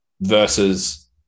versus